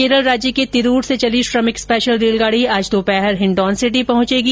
केरल राज्य के तिरुर से चली श्रमिक स्पेशल रेलगाड़ी आज दोपहर हिंडौन सिटी पहुचेगी